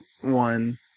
one